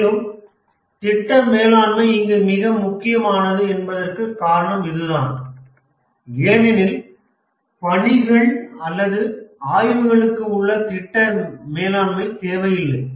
மேலும் திட்ட மேலாண்மை இங்கே மிக முக்கியமானது என்பதற்கான காரணம் இதுதான் ஏனெனில் பணிகள் அல்லது ஆய்வுகளுக்கு உங்களுக்கு திட்ட மேலாண்மை தேவையில்லை